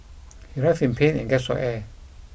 he writhed in pain and gasped for air